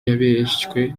yabeshywe